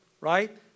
right